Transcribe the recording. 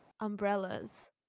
umbrellas